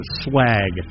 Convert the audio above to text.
swag